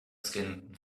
skin